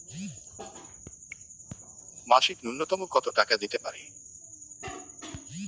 মাসিক নূন্যতম কত টাকা দিতে পারি?